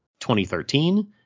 2013